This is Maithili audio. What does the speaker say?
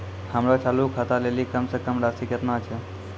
हमरो चालू खाता लेली कम से कम राशि केतना छै?